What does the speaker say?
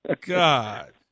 God